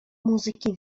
muzyki